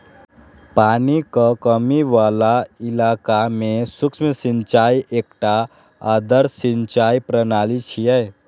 पानिक कमी बला इलाका मे सूक्ष्म सिंचाई एकटा आदर्श सिंचाइ प्रणाली छियै